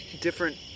different